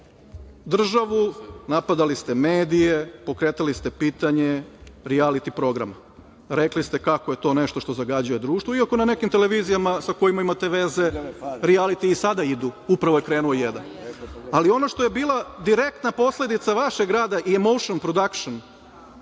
državu, napadali ste medije, pokretali ste pitanje rijaliti programa. Rekli ste kako je to nešto što zagađuje društvo, iako na nekim televizijama sa kojima imate veze rijalitiji i sada idu, upravo je krenuo jedan. Ali ono što je bila direktna posledica vašeg rada i „Emotion Production“,